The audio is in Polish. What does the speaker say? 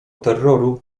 terroru